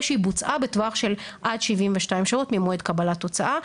שהיא בוצעה בטווח של עד 72 שעות ממועד קבלת התוצאה.